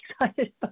excited